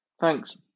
Thanks